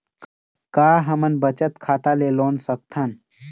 का हमन बचत खाता ले लोन सकथन?